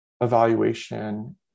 evaluation